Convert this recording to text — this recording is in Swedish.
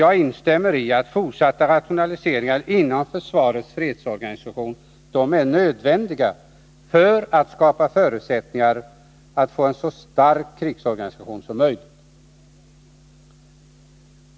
Jag instämmer i att fortsatta rationaliseringar inom försvarets fredsorganisation är nödvändiga för att skapa förutsättningar att få en så stark krigsorganisation som möjligt.